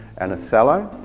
and a phthalo.